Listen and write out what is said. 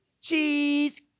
Cheese